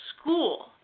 school